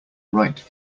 right